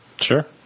Sure